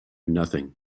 nothing